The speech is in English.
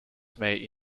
may